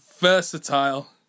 Versatile